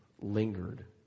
lingered